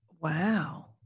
Wow